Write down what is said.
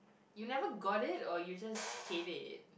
you never got it or you just hate it